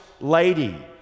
lady